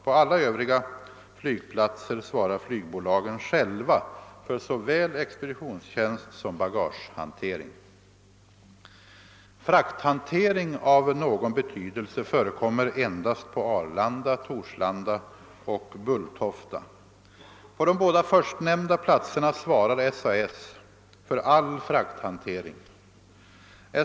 På alla övriga flygplatser svarar flygbolagen själva för såväl expeditionstjänst som bagagehantering. Frakthantering av någon betydelse förekommer endast på Arlanda, Torslanda och Bulltofta. På de båda förstnämnda platserna svarar SAS för all frakthantering.